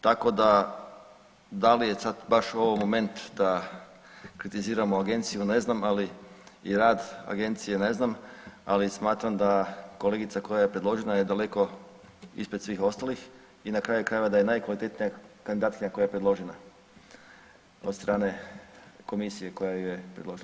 Tako da da li je baš sad ovo moment da kritiziramo agenciju ne znam i rad agencije ne znam, ali smatram da kolegica koja je predložena je daleko ispred svih ostalih i na kraju krajeva da je najkvalitetnija kandidatkinja koja je predložena od strane komisije koja ju je predložila.